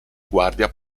guardia